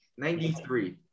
93